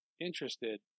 interested